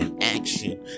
action